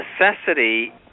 necessity